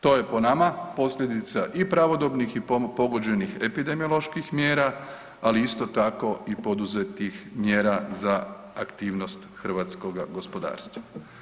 To je po nama posljedica i pravodobnih i pogođenih epidemioloških mjera, ali isto tako i poduzetih mjera za aktivnost hrvatskog gospodarstva.